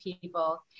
people